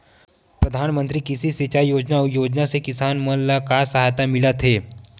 प्रधान मंतरी कृषि सिंचाई योजना अउ योजना से किसान मन ला का सहायता मिलत हे?